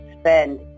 spend